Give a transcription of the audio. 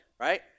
right